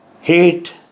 hate